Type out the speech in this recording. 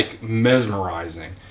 mesmerizing